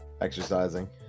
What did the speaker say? Exercising